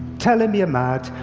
tell them you're mad,